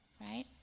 right